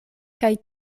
kaj